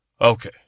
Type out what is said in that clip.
okay